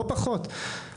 לא פחות.